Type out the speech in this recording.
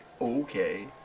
okay